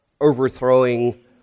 overthrowing